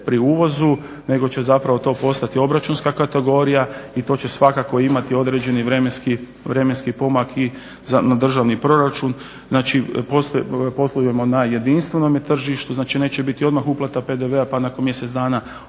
pri uvozu nego će zapravo to postati obračunska kategorija i to će svakako imati određeni vremenski pomak i na državni proračun, znači poslujemo na jedinstvenome tržištu, znači neće biti odmah uplata PDV-a pa nakon mjesec dana